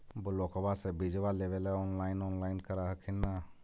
ब्लोक्बा से बिजबा लेबेले ऑनलाइन ऑनलाईन कर हखिन न?